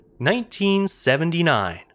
1979